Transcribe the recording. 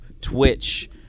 Twitch